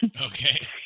Okay